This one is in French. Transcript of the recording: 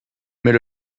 mais